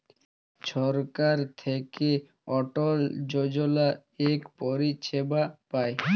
ছরকার থ্যাইকে অটল যজলা ইক পরিছেবা পায়